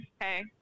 Hey